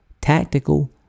tactical